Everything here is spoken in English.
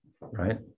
right